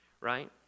right